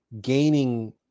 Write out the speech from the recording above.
gaining